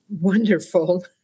Wonderful